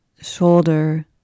Shoulder